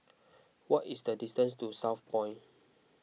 what is the distance to Southpoint